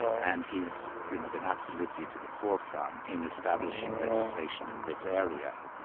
and he's you know been absolutely to the forefront in establishing legislation in this area.